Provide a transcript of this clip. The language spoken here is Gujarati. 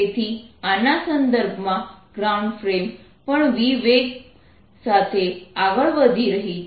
તેથી આના સંદર્ભમાં ગ્રાઉન્ડ ફ્રેમ પણ વેગ v સાથે આગળ વધી રહી છે